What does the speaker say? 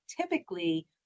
typically